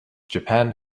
japan